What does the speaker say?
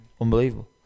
Unbelievable